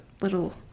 little